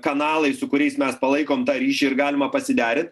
kanalai su kuriais mes palaikom tą ryšį ir galima pasiderint